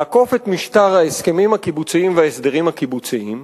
לעקוף את משטר ההסכמים הקיבוציים וההסדרים הקיבוציים,